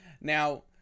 Now